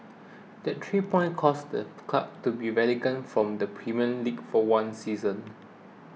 that three points caused the club to be relegated from the Premier League for one season